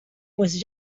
pues